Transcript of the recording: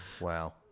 wow